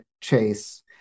Chase